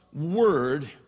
word